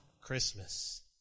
Christmas